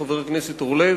חבר הכנסת אורלב.